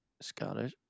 Scottish